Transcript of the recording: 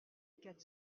quatre